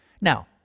Now